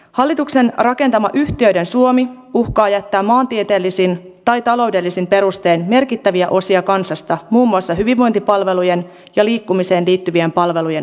hallituksen rakentama yhtiöiden suomi uhkaa jättää maantieteellisin tai taloudellisin perustein merkittäviä osia kansasta muun muassa hyvinvointipalvelujen ja liikkumiseen liittyvien palvelujen ulkopuolelle